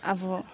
अब